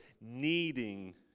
needing